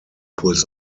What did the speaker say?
pulls